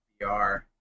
VR